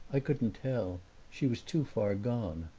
i couldn't tell she was too far gone.